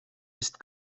ist